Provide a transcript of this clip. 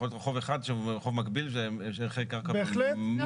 יכול להיות רחוב אחד שהוא רחוב מקביל ויש ערכי קרקע מאוד שונים.